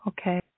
Okay